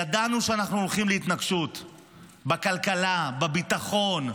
ידענו שאנחנו הולכים להתנגשות בכלכלה, בביטחון,